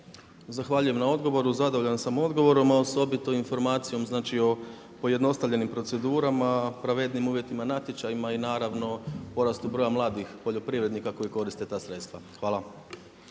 Zahvaljujem na odgovoru, zadovoljan sam odgovorom a osobito informacijom znači o pojednostavljenim procedurama, pravednijim uvjetima natječajima i naravno porastu broja mladih poljoprivrednika koji koriste ta sredstva. Hvala.